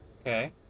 Okay